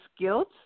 guilt